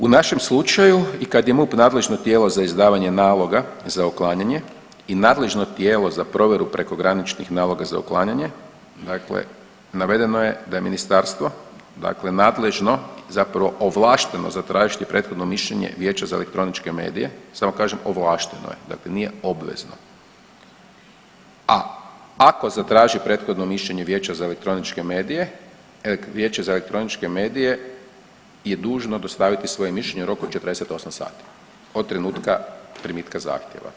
U našem slučaju i kad je MUP nadležno tijelo za izdavanje naloga za uklanjanje i nadležno tijelo za provjeru prekograničnih naloga za uklanjanje, dakle navedeno je da je ministarstvo dakle nadležno zapravo ovlašteno zatražiti prethodno mišljenje Vijeća za elektroničko medije, samo kažem ovlašteno je, dakle nije obvezno, a ako zatražiti prethodno mišljenje Vijeća za elektroničke medije, Vijeće za elektroničke medije je dužno dostaviti svoje mišljenje u roku od 48 sati od trenutka primitka zahtjeva.